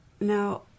Now